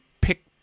pick